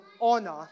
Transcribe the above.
honor